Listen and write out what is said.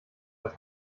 als